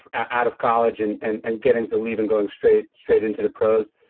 out of college and and and getting to leave and going straight straight into the pros.